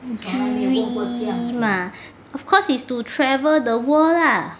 dream ah of course is to travel the world lah